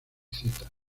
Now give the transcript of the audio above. citas